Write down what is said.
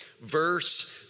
verse